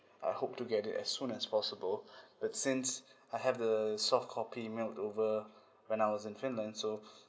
I hope to get it as soon as possible but since I have the soft copy emailed over when I was in finland so